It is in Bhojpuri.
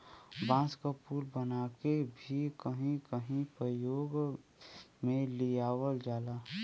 बांस क पुल बनाके भी कहीं कहीं परयोग में लियावल जाला